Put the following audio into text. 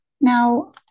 Now